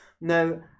Now